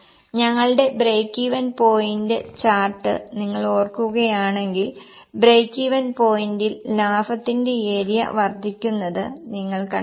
ഞങ്ങളുടെ breakeven point chart നിങ്ങൾ ഓർക്കുകയാണെങ്കിൽ ബ്രേക്ക്ഈവൻ പോയിന്റിൽ ലാഭത്തിന്റെ ഏരിയ വർദ്ധിക്കുന്നത് നിങ്ങൾ കണ്ടെത്തും